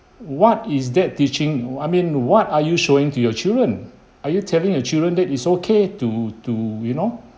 what is that teaching I mean what are you showing to your children are you telling your children that it's okay to to you know